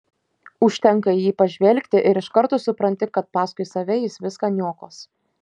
užtenka į jį pažvelgti ir iš karto supranti kad paskui save jis viską niokos